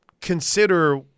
consider